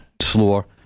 Slower